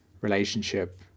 relationship